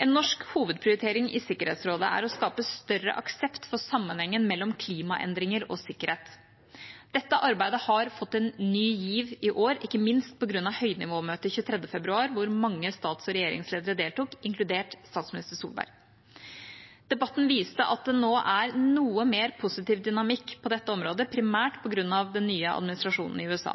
En norsk hovedprioritering i Sikkerhetsrådet er å skape større aksept for sammenhengen mellom klimaendringer og sikkerhet. Dette arbeidet har fått ny giv i år, ikke minst på grunn av høynivåmøtet 23. februar, der mange stats- og regjeringsledere deltok, inkludert statsminister Solberg. Debatten viste at det er noe mer positiv dynamikk på dette området, primært på grunn av den nye administrasjonen i USA.